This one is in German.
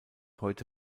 heute